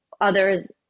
others